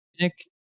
Nick